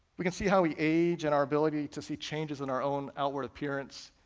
we can see how we age, and our ability to see changes in our own outward appearance,